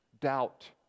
Doubt